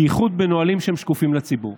בייחוד בנהלים שהם שקופים לציבור.